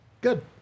Good